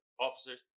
officers